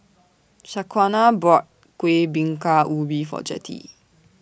Shaquana bought Kueh Bingka Ubi For Jettie